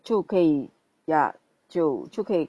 就可以 ya 就就可以